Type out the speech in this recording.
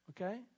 Okay